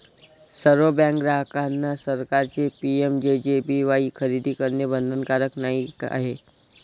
सर्व बँक ग्राहकांना सरकारचे पी.एम.जे.जे.बी.वाई खरेदी करणे बंधनकारक नाही आहे